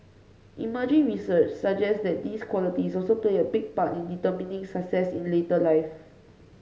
emerging research suggests that these qualities also play a big part in determining success in later life